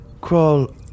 crawl